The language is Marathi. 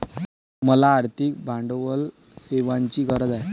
मला आर्थिक भांडवल सेवांची गरज आहे